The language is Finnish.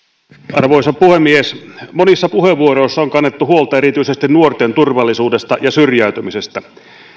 arvoisa puhemies monissa puheenvuoroissa on kannettu huolta erityisesti nuorten turvallisuudesta ja syrjäytymisestä